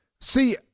See